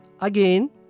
Again